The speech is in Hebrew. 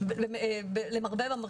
תודה רבה.